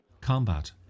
Combat